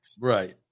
Right